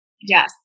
Yes